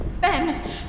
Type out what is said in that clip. Ben